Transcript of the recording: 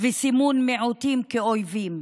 וסימון מיעוטים כאויבים,